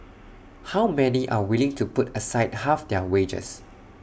how many are willing to put aside half their wages